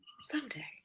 someday